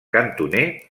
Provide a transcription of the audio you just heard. cantoner